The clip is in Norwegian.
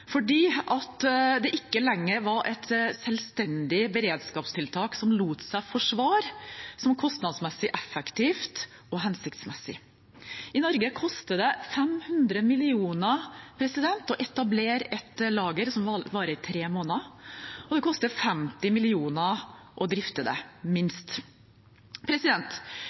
fordi det ikke lenger var et selvstendig beredskapstiltak som lot seg forsvare som kostnadsmessig effektivt og hensiktsmessig. I Norge koster det 500 mill. kr å etablere et lager som varer i tre måneder, og det koster 50 mill. kr å drifte det – minst.